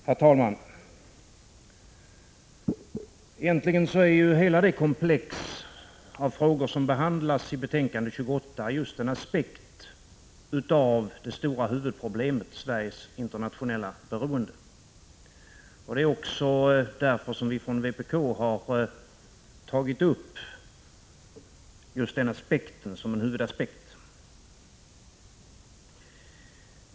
Herr talman! Egentligen är ju hela det komplex av frågor som behandlas i betänkande 28 just en aspekt av det stora huvudproblemet, Sveriges internationella beroende. Det är också därför som vi från vpk har tagit upp just detta beroende som en huvudaspekt.